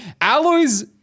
Alloys